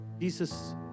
Jesus